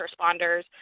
responders